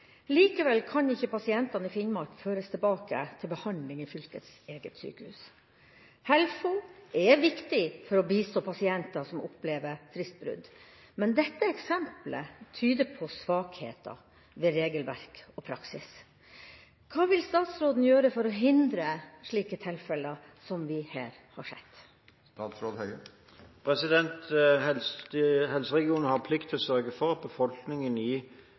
Likevel kan ikke pasienter i Finnmark føres tilbake til behandling i fylkets eget sykehus. HELFO er viktig for å bistå pasienter som opplever fristbrudd, men dette eksemplet tyder på svakheter ved regelverk og praksis. Hva vil statsråden gjøre for å hindre slike tilfeller som vi her har sett?» Helseregionen har plikt til å sørge for at befolkningen i